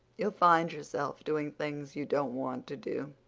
you'll find yourself doing things you don't want to do.